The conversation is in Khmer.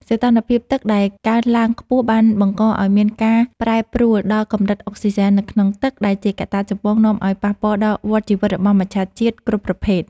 សីតុណ្ហភាពទឹកដែលកើនឡើងខ្ពស់បានបង្កឱ្យមានការប្រែប្រួលដល់កម្រិតអុកស៊ីសែននៅក្នុងទឹក ដែលជាកត្តាចម្បងនាំឱ្យប៉ះពាល់ដល់វដ្តជីវិតរបស់មច្ឆជាតិគ្រប់ប្រភេទ។